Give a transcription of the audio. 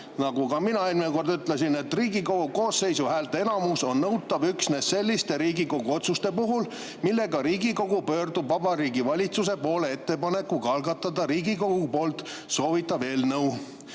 nagu ka mina eelmine kord ütlesin, et Riigikogu koosseisu häälteenamus on nõutav üksnes selliste Riigikogu otsuste puhul, millega Riigikogu pöördub Vabariigi Valitsuse poole ettepanekuga algatada Riigikogu poolt soovitav eelnõu.